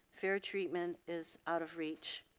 their treatment is out of reach.